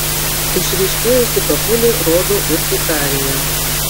išryškėjusi papulė rodo urtikariją